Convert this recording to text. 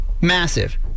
massive